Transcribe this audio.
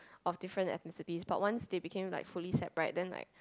of different ethnicities but once they became like fully Sap right then like